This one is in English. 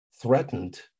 threatened